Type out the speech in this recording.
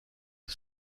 est